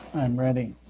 i'm ready.